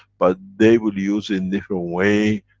but they will use in different way,